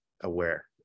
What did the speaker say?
aware